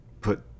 put